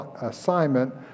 assignment